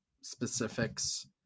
specifics